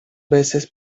veces